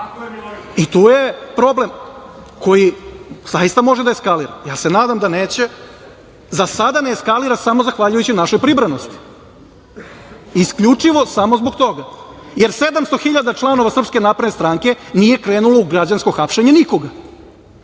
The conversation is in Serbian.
i tu je problem koji zaista može da eskalira. Ja se nadam da neće.Za sada ne eskalira samo zahvaljujući našoj pribranosti i isključivo samo zbog toga, jer 700 hiljada članova SNS nije krenulo u građansko hapšenje nikoga,